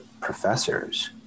professors